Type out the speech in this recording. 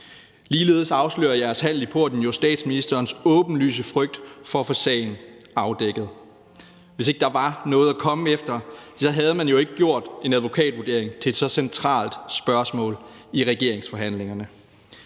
Ligeledes afslører jeres handel i porten jo statsministerens åbenlyse frygt for at få sagen afdækket. Hvis ikke der var noget at komme efter, havde man jo ikke gjort en advokatvurdering til et så centralt spørgsmål i regeringsforhandlingerne.